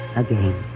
again